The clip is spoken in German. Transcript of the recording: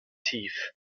tief